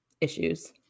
issues